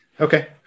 Okay